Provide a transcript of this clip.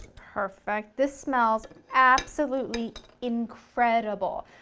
perfect, this smells absolutely incredible.